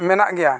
ᱢᱮᱱᱟᱜ ᱜᱮᱭᱟ